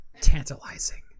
tantalizing